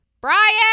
Brian